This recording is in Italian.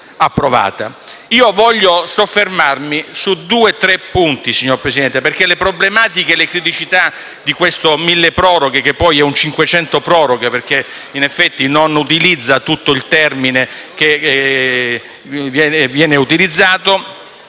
Voglio soffermarmi su due o tre punti, signor Presidente, perché le problematiche e le criticità del milleproroghe - che poi è un 500 proroghe perché in effetti non utilizza tutto il termine - sono molteplici